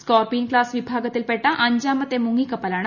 Scorpene class വിഭാഗത്തിൽപ്പെട്ട അഞ്ചാമത്തെ മുങ്ങിക്കപ്പലാണ്